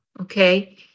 okay